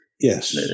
Yes